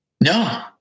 No